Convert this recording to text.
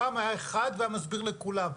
פעם היה אחד והיה מסביר לכולם,